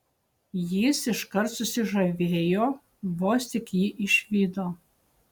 jis iškart susižavėjo vos tik jį išvydo